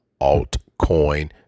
Altcoin